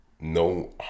no